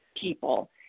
people